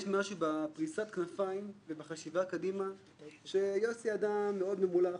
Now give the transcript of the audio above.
יש משהו בפריסת הכנפיים ובחשיבה קדימה שיוסי אדם מאוד ממולח,